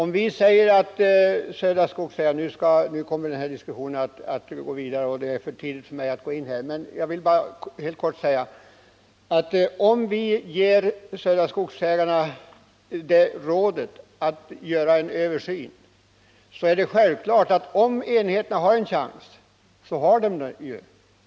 Jag vill helt kort säga — diskussionen kommer ju att gå vidare — att om vi ger Södra Skogsägarna det rådet att göra en översyn så är det självklart att om enheterna har någon chans så har de det.